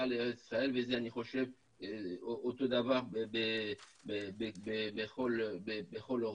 לארץ ישראל ואני חושב שזה אותו דבר בכל אירופה.